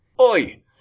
Oi